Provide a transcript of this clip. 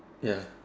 ya